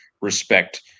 respect